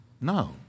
No